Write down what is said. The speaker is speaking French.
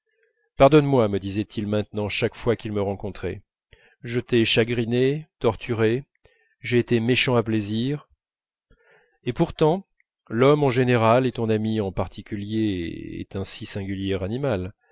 pardonne-moi me disait-il maintenant chaque fois qu'il me rencontrait je t'ai chagriné torturé j'ai été méchant à plaisir et pourtant l'homme en général et ton ami en particulier est un si singulier animal